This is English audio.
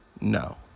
No